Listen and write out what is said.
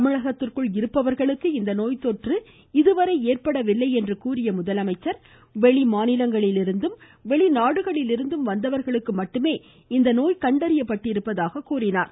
தமிழகத்திற்குள் இருப்பவர்களுக்கு இந்த நோய் தொற்று இதுவரை ஏற்படவில்லை என்று கூறிய அவர் வெளி மாநிலங்களிலிருந்தும் வெளி நாடுகளிலிருந்தும் வந்தவர்களுக்கு மட்டுமே இந்த நோய் கண்டறியப்பட்டிருப்பதாக குறிப்பிட்டார்